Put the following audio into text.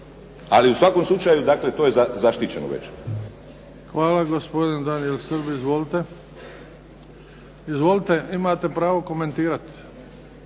Ali u svakom slučaju dakle to je zaštićeno već. **Bebić, Luka (HDZ)** Hvala. Gospodin Daniel Srb. Izvolite. Izvolite imate pravo komentirati